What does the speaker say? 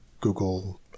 Google